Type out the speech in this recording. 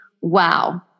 Wow